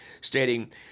stating